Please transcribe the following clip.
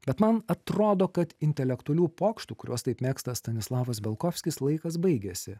bet man atrodo kad intelektualių pokštų kuriuos taip mėgsta stanislavos belkovskis laikas baigėsi